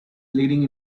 leading